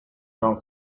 dans